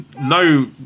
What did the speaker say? no